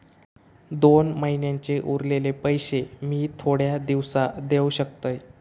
दोन महिन्यांचे उरलेले पैशे मी थोड्या दिवसा देव शकतय?